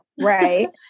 Right